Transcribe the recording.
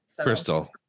Crystal